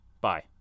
Bye